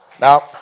Now